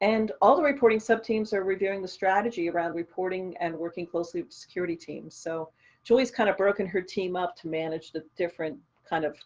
and all the reporting sub teams are reviewing the strategy around reporting and working closely with security teams. so julie's kind of broken her team up to manage the different kind of